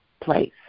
place